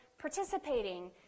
participating